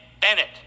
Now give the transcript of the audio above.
Bennett